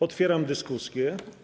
Otwieram dyskusję.